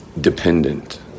dependent